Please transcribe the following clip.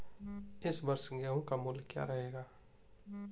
इस वर्ष गेहूँ का मूल्य क्या रहेगा?